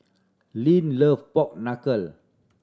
Lyn love pork knuckle